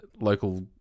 local